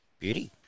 beauty